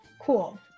Cool